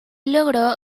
logro